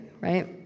right